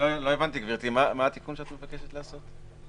לא הבנתי, גברתי, מה התיקון שאת מבקשת לעשות?